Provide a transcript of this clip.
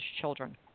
children